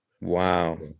Wow